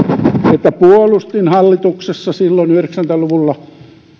että puolustin hallituksessa silloin yhdeksänkymmentä luvulla